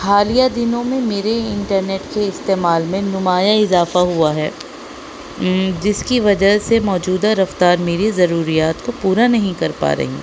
حالیہ دنوں میں میرے انٹرنیٹ کے استعمال میں نمایاں اضافہ ہوا ہے جس کی وجہ سے موجودہ رفتار میری ضروریات کو پورا نہیں کر پا رہی